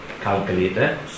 calculator